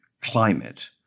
climate